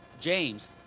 James